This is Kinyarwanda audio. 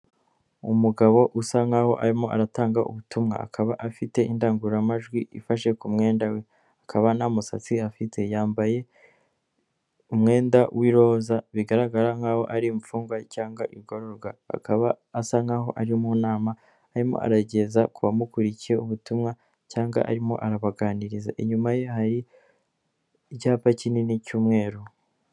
Umugabo usa nkaho arimo aratanga ubutumwa akaba afite indangururamajwi ifashe ku mwenda we akaba nta musatsi afite yambaye umwenda w'iroza bigaragara nk'aho ari imfungwa cyangwagororwa akaba asa nkahoa ari mu nama arimo arayayigeza ku bamukurikiye ubutumwa cyangwa arimo arabaganiriza inyuma ye hari icyapa kinini cy'umweru.